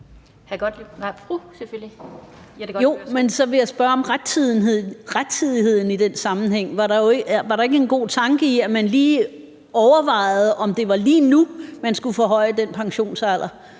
Kl. 14:21 Jette Gottlieb (EL): Jo, men så vil jeg spørge om rettidigheden i den sammenhæng. Var der ikke en god tanke i, at man overvejede, om det var lige nu, man skulle forhøje den pensionsalder?